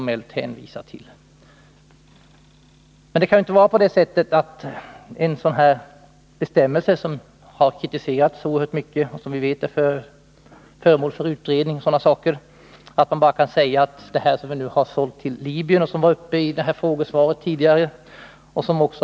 Men man kan inte fortsätta att hänvisa till den bestämmelse som har kritiserats så oerhört mycket och som vi vet är föremål för utredning. Sedan den här frågan behandlades i den frågedebatt som tidigare nämnts har den ju också varit föremål för granskning av dechargeutskottet.